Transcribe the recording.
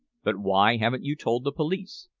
but why haven't you told the police?